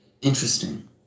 Interesting